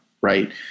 Right